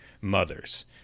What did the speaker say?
mothers